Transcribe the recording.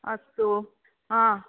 अस्तु हा